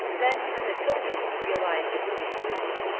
then even the children realized its futility.